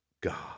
God